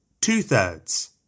two-thirds